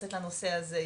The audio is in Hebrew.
שמתייחסת לנושא הזה.